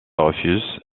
refuse